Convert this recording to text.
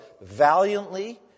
valiantly